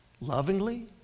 lovingly